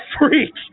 freak